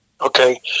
Okay